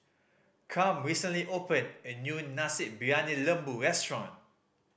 Cam recently opened a new Nasi Briyani Lembu restaurant